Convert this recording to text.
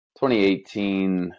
2018